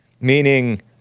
meaning